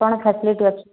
କ'ଣ ଫାସିଲିଟି ଅଛି